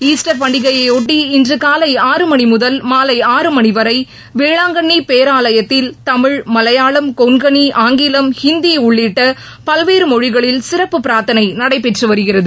Easter பண்டிகையையொட்டி இன்று காலை ஆறு மணி முதல் மாலை ஆறு மணிவரை வேளாங்கண்ணி பேராவயத்தில் தமிழ் மலையாளம் கொங்கனி ஆங்கிலம் இந்தி உள்ளிட்ட பல்வேறு மொழிகளில் சிறப்பு பிரார்த்தனை நடைபெற்று வருகிறது